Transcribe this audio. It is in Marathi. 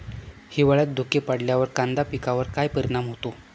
हिवाळ्यात धुके पडल्यावर कांदा पिकावर काय परिणाम होतो?